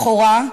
לכאורה,